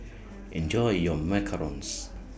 Enjoy your Macarons